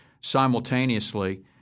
simultaneously